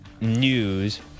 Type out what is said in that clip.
news